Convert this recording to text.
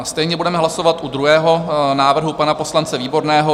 Stejně budeme hlasovat u druhého návrhu pana poslance Výborného.